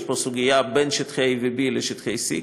יש פה סוגיה בין שטחי A ו-B לשטחי C,